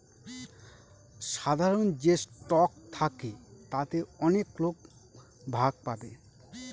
সাধারন যে স্টক থাকে তাতে অনেক লোক ভাগ পাবে